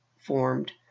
formed